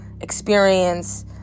experience